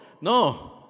No